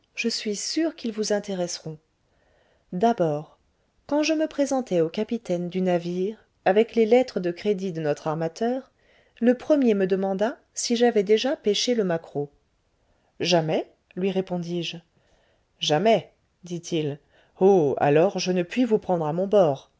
je suis sûr qu'ils vous intéresseront d'abord